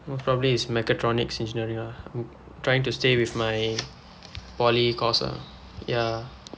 most probably is mechatronics engineering ah I'm trying to stay with my poly course ah ya